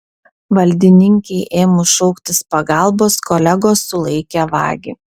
valdininkei ėmus šauktis pagalbos kolegos sulaikė vagį